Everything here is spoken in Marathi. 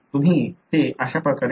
तुम्ही ते अशा प्रकारे करता